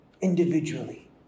Individually